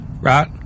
right